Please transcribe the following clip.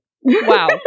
Wow